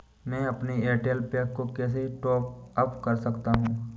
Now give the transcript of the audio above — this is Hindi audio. मैं अपने एयरटेल पैक को कैसे टॉप अप कर सकता हूँ?